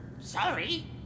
Sorry